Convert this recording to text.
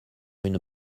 une